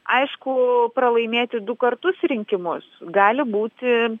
aišku pralaimėti du kartus rinkimus gali būti